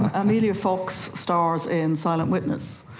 amelia fox stars in silent witness,